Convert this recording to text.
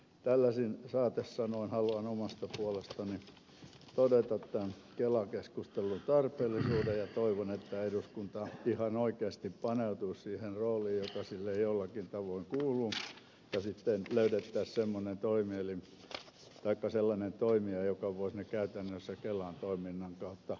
tällaisin saatesanoin haluan omasta puolestani todeta tämän kela keskustelun tarpeellisuuden ja toivon että eduskunta ihan oikeasti paneutuisi siihen rooliin joka sille jollakin tavoin kuuluu ja että sitten löydettäisiin semmoinen toimielin taikka sellainen toimija joka voisi ne näkemykset käytännössä kelan toiminnan kautta ottaa käyttöön